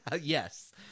Yes